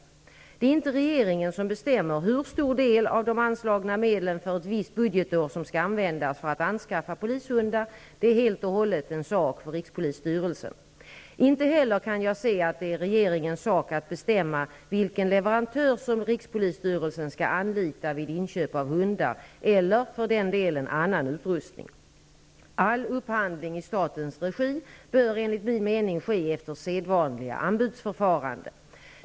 Det är inte regeringen som bestämmer hur stor del av de anslagna medlen för ett visst budgetår som skall användas för att anskaffa polishundar. Det är helt och hållet en sak för rikspolisstyrelsen. Inte heller kan jag se att det är regeringens sak att bestämma vilken leverantör som rikspolisstyrelsen skall anlita vid inköp av hundar, eller för den delen annan utrustning. All upphandling i statens regi bör enligt min mening ske efter sedvanliga anbudsförfaranden.